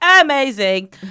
amazing